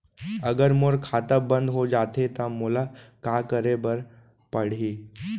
अगर मोर खाता बन्द हो जाथे त मोला का करे बार पड़हि?